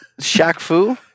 Shaq-Fu